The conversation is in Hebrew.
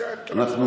קצת רחמנות.